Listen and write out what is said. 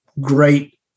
great